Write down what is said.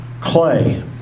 clay